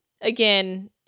again